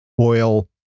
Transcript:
oil